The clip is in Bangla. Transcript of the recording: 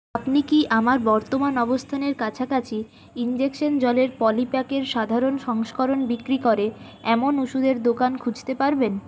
আপনি কি আমার বর্তমান অবস্থানের কাছাকাছি ইনজেকশন জলের পলিপ্যাক এর সাধারণ সংস্করণ বিক্রি করে এমন ওষুধের দোকান খুঁজতে পারবেন